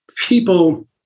People